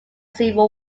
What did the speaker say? civil